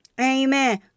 Amen